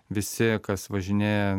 visi kas važinėja